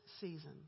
season